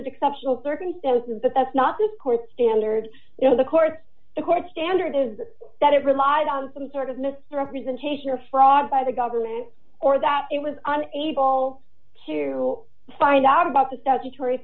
that exceptional circumstances but that's not the court's standard you know the courts the courts standard is that it relied on some sort of misrepresentation or fraud by the government or that it was able to find out about the statutory